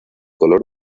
color